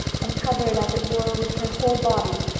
and covered as it were with her whole body.